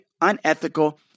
unethical